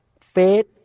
faith